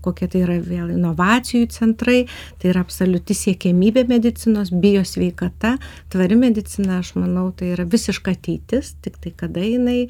kokie tai yra vėl inovacijų centrai tai yra absoliuti siekiamybė medicinos bijo sveikata tvari medicina aš manau tai yra visiška ateitis tiktai kada jinai